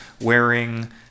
wearing